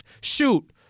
Shoot